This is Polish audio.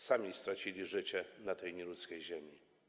Sami stracili życie na tej nieludzkiej ziemi.